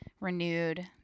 renewed